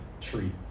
tree